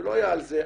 זה לא היה על זה,